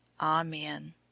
amen